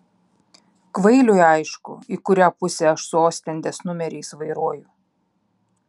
kvailiui aišku į kurią pusę aš su ostendės numeriais vairuoju